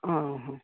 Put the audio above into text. ହଁ ହଁ ହଁ